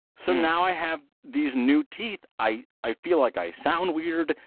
so now i have these new teeth. i i feel like i sound weird.